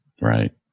Right